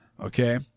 Okay